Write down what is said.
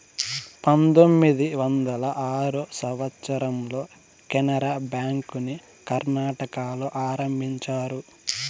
పంతొమ్మిది వందల ఆరో సంవచ్చరంలో కెనరా బ్యాంకుని కర్ణాటకలో ఆరంభించారు